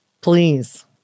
Please